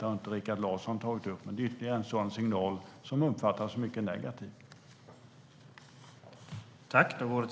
Det har inte Rikard Larsson tagit upp, men det är ytterligare en sådan signal som uppfattas mycket negativt.